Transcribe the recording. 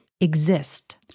exist